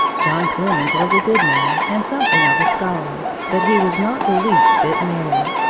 john clemens was a good man and something of a scholar, but he was not the least bit merry.